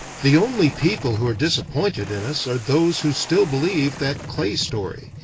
the only people who are disappointed in us are those who still believe that clay story.